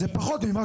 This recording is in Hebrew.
זה פחות ממה